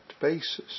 basis